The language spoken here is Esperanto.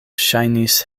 ŝajnis